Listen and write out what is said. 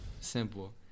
simple